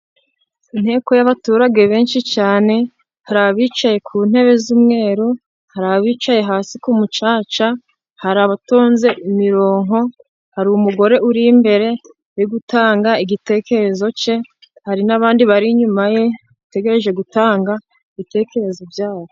Inteko y'abaturage benshi cyane hari abicaye ku ntebe z'umweru, hari abicaye hasi ku mucaca, hari abatonze imironko, hari umugore uri imbere uri gutanga igitekerezo cye, hari n'abandi bari inyuma ye bategereje gutanga ibitekerezo byabo.